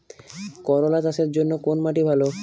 করলা চাষের জন্য কোন মাটি ভালো?